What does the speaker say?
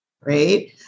Right